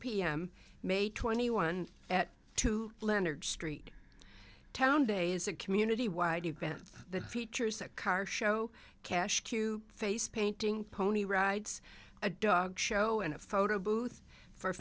pm may twenty one at two leonard street town day is a community wide event that features a car show cash to face painting pony rides a dog show and a photo booth for